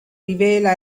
rivela